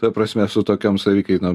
ta prasme su tokiom savikainom